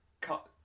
cut